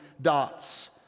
dots